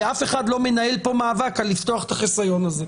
ואף אחד לא מנהל פה מאבק על פתיחת החיסיון הזה.